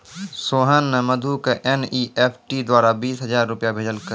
सोहन ने मधु क एन.ई.एफ.टी द्वारा बीस हजार रूपया भेजलकय